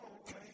okay